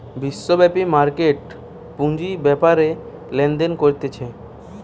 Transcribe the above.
বিশ্বব্যাপী মার্কেট পুঁজি বেপারে লেনদেন করতিছে